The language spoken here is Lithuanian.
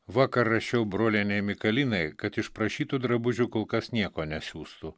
vakar rašiau brolienei mikalinai kad iš prašytų drabužių kol kas nieko nesiųstų